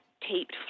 taped